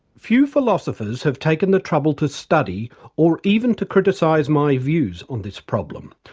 few philosophers have taken the trouble to study or even to criticise my views on this problem,